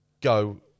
go